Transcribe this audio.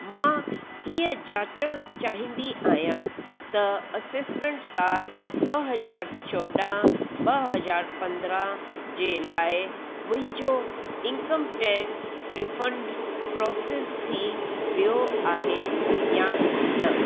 मां हीअ जाचणु चाहींदी आहियां त असेसमेंट सालु ॿ हज़ार चौॾहं ॿ हजार पंद्रहं जे लाइ मुंहिंजो इनकम टैक्स रिफंड प्रोसेस थी वियो आहे या न